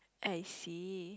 I see